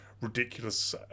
ridiculous